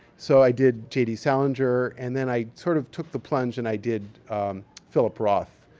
so, i did j. d. salinger. and then i sort of took the plunge and i did phillip roth,